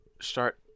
start